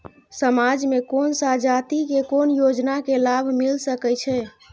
समाज में कोन सा जाति के कोन योजना के लाभ मिल सके छै?